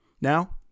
Now